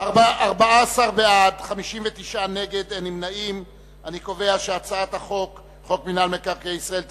מסדר-היום את הצעת חוק מינהל מקרקעי ישראל (תיקון,